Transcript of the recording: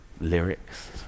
lyrics